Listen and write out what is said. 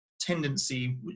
tendency